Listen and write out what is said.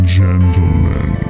gentlemen